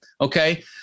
okay